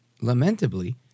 lamentably—